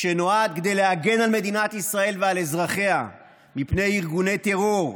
שנועד להגן על מדינת ישראל ועל אזרחיה מפני ארגוני טרור,